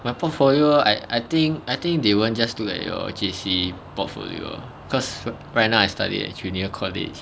my portfolio I I think I think they won't just look at your J_C portfolio cause right now I study at junior college